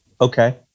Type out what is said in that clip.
okay